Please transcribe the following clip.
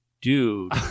dude